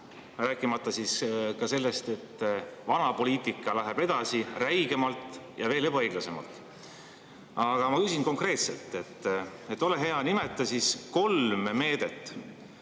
Rääkimata sellest, et vana poliitika läheb edasi räigemalt ja veel ebaõiglasemalt. Aga ma küsin konkreetselt. Ole hea, nimeta kolm meedet,